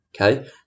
okay